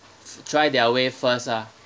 t~ try their way first ah